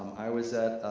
i was at